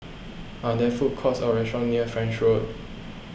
are there food courts or restaurants near French Road